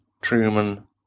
Truman